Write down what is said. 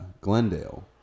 Glendale